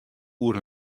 oer